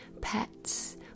pets